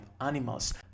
animals